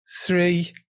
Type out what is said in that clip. three